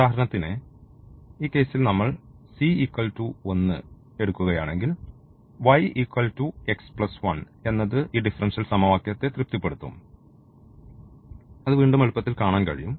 ഉദാഹരണത്തിന് ഈ കേസിൽ നമ്മൾ ഇത് c 1 എടുക്കുകയാണെങ്കിൽ എന്നത് ഈ ഡിഫറൻഷ്യൽ സമവാക്യത്തെ തൃപ്തിപ്പെടുത്തും അത് വീണ്ടും എളുപ്പത്തിൽ കാണാൻ കഴിയും